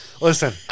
Listen